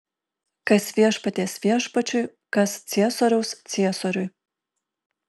kas viešpaties viešpačiui kas ciesoriaus ciesoriui